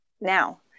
now